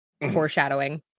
foreshadowing